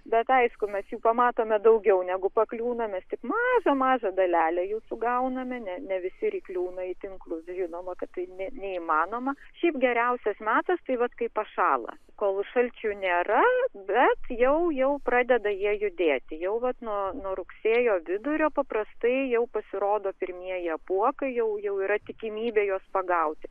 bet aišku mes jų pamatome daugiau negu pakliūna mes tik mažą mažą dalelę jų sugauname ne ne visi ir įkliūna į tinklus žinoma kad tai ne neįmanoma šiaip geriausias metas tai vat kai pašąla kol šalčių nėra bet jau jau pradeda judėti jau vat nuo nuo rugsėjo vidurio paprastai jau pasirodo pirmieji apuokai jau jau yra tikimybė juos pagauti